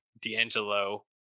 D'Angelo